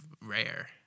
Rare